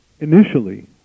Initially